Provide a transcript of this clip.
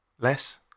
Less